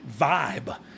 vibe